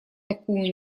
такую